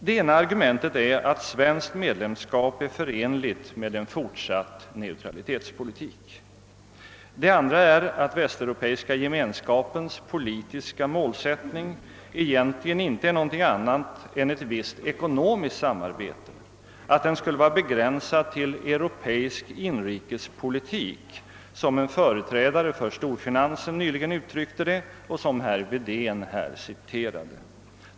Det ena argumentet är att svenskt medlemskap är förenligt med en fortsatt neutralitetspolitik. Det andra är att Västeuropeiska gemenskapens politiska målsättning egentligen inte är någonting annat än ett visst ekonomiskt samarbete, begränsat till europeisk inrikespolitik, såsom en företrädare för storfinansen nyligen uttryckte det och som herr Wedén här citerade.